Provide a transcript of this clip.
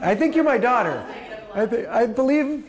i think you're my daughter i believe